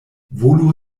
volu